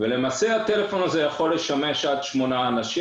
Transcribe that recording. למעשה הטלפון הזה יכול לשמש עד שמונה אנשים.